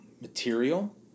material